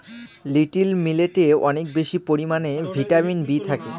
little মিলেটে অনেক বেশি পরিমানে ভিটামিন বি থাকে